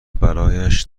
برایش